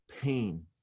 pain